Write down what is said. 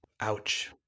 Ouch